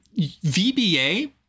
VBA